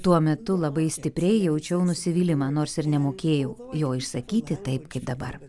tuo metu labai stipriai jaučiau nusivylimą nors ir nemokėjau jo išsakyti taip kaip dabar